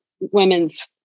women's